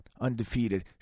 undefeated